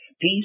peace